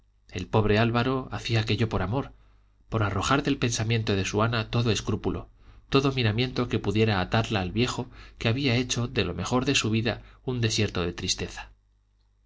el pobre álvaro hacía aquello por amor por arrojar del pensamiento de su ana todo escrúpulo todo miramiento que pudiera atarla al viejo que había hecho de lo mejor de su vida un desierto de tristeza